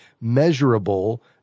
measurable